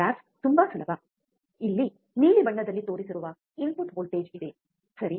graph ತುಂಬಾ ಸುಲಭ ಇಲ್ಲಿ ನೀಲಿ ಬಣ್ಣದಲ್ಲಿ ತೋರಿಸಿರುವ ಇನ್ಪುಟ್ ವೋಲ್ಟೇಜ್ ಇದೆ ಸರಿ